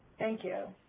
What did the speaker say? thank you.